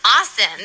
awesome